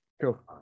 Cool